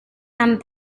and